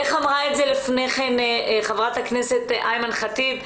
איך אמרה את זה לפני כן חברת הכנסת אימאן ח'טיב,